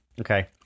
Okay